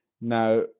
Now